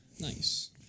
Nice